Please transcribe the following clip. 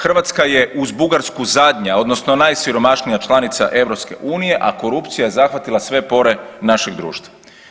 Hrvatska je uz Bugarsku zadnja, odnosno najsiromašnija članica EU, a korupcija je zahvatila sve pore našeg društva.